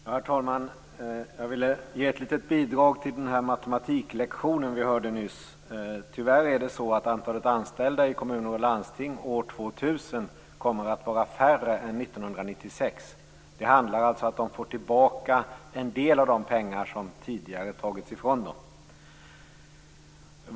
Herr talman! Jag vill ge ett litet bidrag till den matematiklektion vi hörde nyss. Tyvärr kommer antalet anställda i kommuner och landsting år 2000 att vara färre än 1996. Det handlar alltså om att de får tillbaka en del av de pengar som tidigare tagits ifrån dem. Jan Bergqvist!